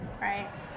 Right